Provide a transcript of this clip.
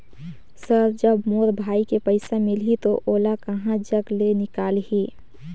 Sir जब मोर भाई के पइसा मिलही तो ओला कहा जग ले निकालिही?